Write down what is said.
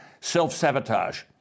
self-sabotage